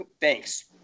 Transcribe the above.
thanks